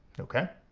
okay?